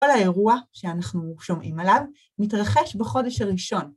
כל האירוע שאנחנו שומעים עליו, מתרחש בחודש הראשון.